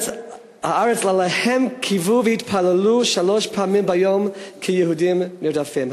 הארץ שלה הם קיוו והתפללו שלוש פעמים ביום כיהודים נרדפים.